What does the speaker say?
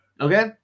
Okay